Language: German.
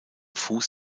fuß